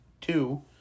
two